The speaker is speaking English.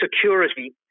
security